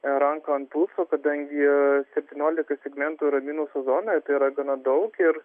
ranką ant pulso kadangi septyniolika segmentų yra minuso zonoje tai yra gana daug ir